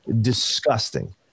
disgusting